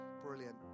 Brilliant